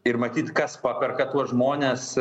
ir matyt kas paperka tuos žmones